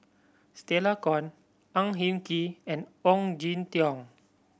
Stella Kon Ang Hin Kee and Ong Jin Teong